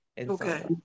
Okay